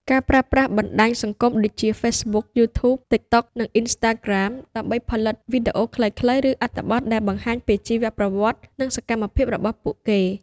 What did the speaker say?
ការប្រើប្រាស់បណ្ដាញសង្គមដូចជា ហ្វេសប៊ុក យូធូប ទីកតុក និងអុីនស្រ្តាក្រាម ដើម្បីផលិតវីដេអូខ្លីៗ ឬអត្ថបទដែលបង្ហាញពីជីវប្រវត្តិ និងសកម្មភាពរបស់ពួកគេ។